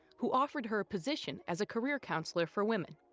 who offered her a position as a career counselor for women.